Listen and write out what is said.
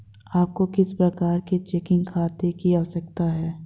आपको किस प्रकार के चेकिंग खाते की आवश्यकता है?